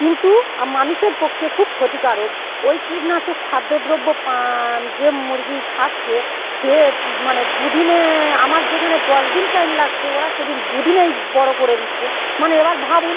কিন্তু মানুষের পক্ষে খুব ক্ষতিকারক ওই কীটনাশক খাদ্যদ্রব্য পা যে মুরগি খাচ্ছে খেয়ে মানে দু দিনে আমার যেখানে দশ দিন টাইম লাগছে ওরা সেদিন দু দিনেই বড়ো করে দিচ্ছে মানে এবার ভাবুন